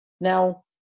Now